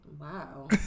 Wow